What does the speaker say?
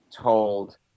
told